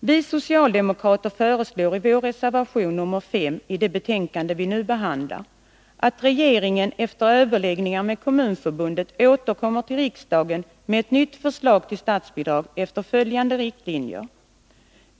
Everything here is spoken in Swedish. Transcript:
Vi socialdemokrater föreslår i vår reservation 5 vid det betänkande vi nu behandlar att regeringen efter överläggningar med Kommunförbundet återkommer till riksdagen med ett nytt förslag till statsbidrag efter följande riktlinjer.